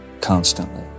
constantly